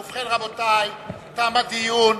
ובכן, רבותי, תם הדיון.